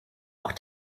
auch